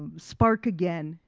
ah spark again.